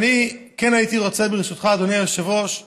הייתי רוצה, ברשותך, אדוני היושב-ראש,